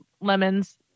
Lemons